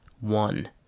One